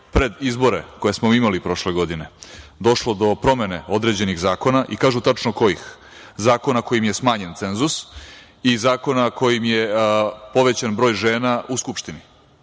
pred izbore koje smo imali prošle godine došlo do promene određenih zakona i kažu tačno kojih - zakona kojim je smanjen cenzus i zakona kojim je povećan broj žena u Skupštini.